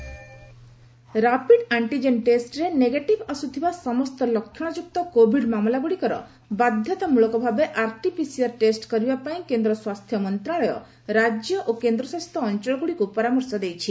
antigen test rapid antigen ଟେଷ୍ଟ୍ରେ negative ଆସୁଥିବା ସମସ୍ତ ଲକ୍ଷଣଯୁକ୍ତ କୋଭିଡ ମାମଲାଗୁଡ଼ିକର ବାଧ୍ୟତାମୂଳକର ଭାବେ ଆର୍ଟି ପିସିଆର ଟେଷ୍ଟ୍ କରିବା ପାଇଁ କେନ୍ଦ୍ର ସ୍ୱାସ୍ଥ୍ୟ ମନ୍ତ୍ରଣାଳୟ ରାଜ୍ୟ ଓ କେନ୍ଦ୍ରଶାସିତ ଅଞ୍ଚଳଗୁଡ଼ିକୁ ପରାମର୍ଶ ଦେଇଛି